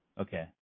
okay